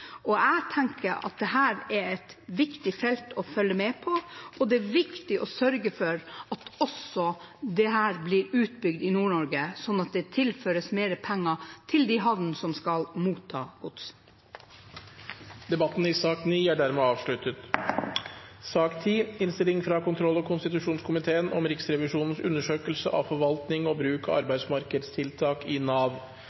slik. Jeg tenker at dette er et viktig felt å følge med på, og det er viktig å sørge for at også dette blir utbygd i Nord-Norge, slik at det tilføres mer penger til de havnene som skal motta gods. Flere har ikke bedt om ordet til sak nr. 9. Etter ønske fra kontroll- og konstitusjonskomiteen vil presidenten foreslå at taletiden blir begrenset til 5 minutter til hver partigruppe og 5 minutter til medlemmer av